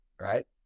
Right